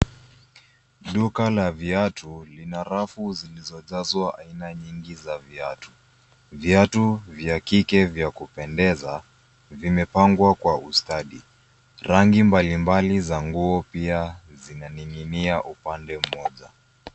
Duka la viatu lina rafu zilizojazwa aina nyingi za viatu. Viatu vya kike vya kupendeza vimepangwa kwa ustadi. Rangi mbalimbali za nguo pia zinaning'inia upande mmoja.